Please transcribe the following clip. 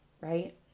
right